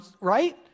right